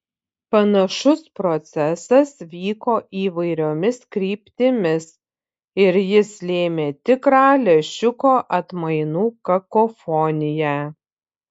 panašus procesas vyko įvairiomis kryptimis ir jis lėmė tikrą lęšiuko atmainų kakofoniją